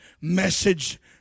message